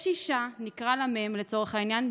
יש אישה, נקרא לה מ', לצורך העניין.